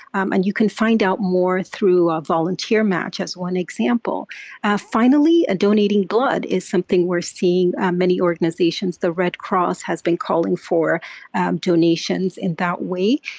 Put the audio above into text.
and you can find out more through ah volunteermatch, as one example ah finally, donating blood is something we're seeing many organizations the red cross has been calling for donations in that way.